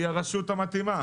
היא הרשות המתאימה.